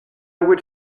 would